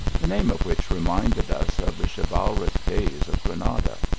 the name of which reminded us of the chivalric days of granada.